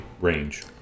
range